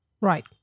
Right